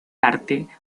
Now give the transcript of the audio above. arte